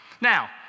Now